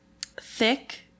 thick